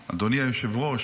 אדוני היושב-ראש,